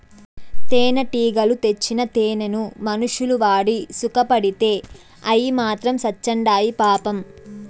తేనెటీగలు తెచ్చిన తేనెను మనుషులు వాడి సుకపడితే అయ్యి మాత్రం సత్చాండాయి పాపం